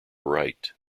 right